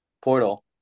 Portal